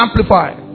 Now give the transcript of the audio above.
Amplify